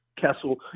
Kessel